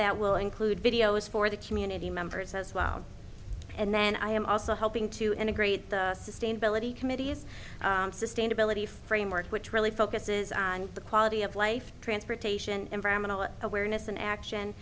that will include videos for the community members as well and then i am also helping to integrate the sustainability committee's sustainability framework which really focuses on the quality of life transportation environmental awareness an action